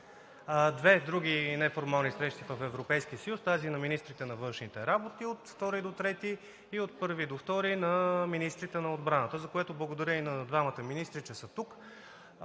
две други неформални срещи в Европейския съюз – тази на министрите на външните работи от 2-ри до 3-ти и от 1-ви до 2-ри на министрите на отбраната, за което, благодаря и на двамата министри, че са тук